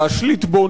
להשליט בו